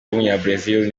w’umunyabrazil